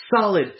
solid